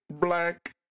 Black